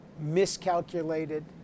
miscalculated